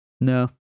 No